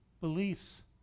beliefs